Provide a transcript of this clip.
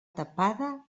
tapada